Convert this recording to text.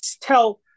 tell